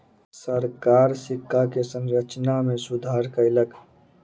सरकार सिक्का के संरचना में सुधार कयलक